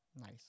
Nice